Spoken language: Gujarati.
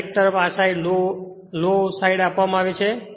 આ એક તરફ આ સાઇડ લોડ આપવામાં આવે છે